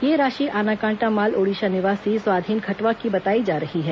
यह राशि आनाकांटा माल ओडिशा निवासी स्वाधीन खटवा की बताई जा रही है